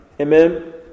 Amen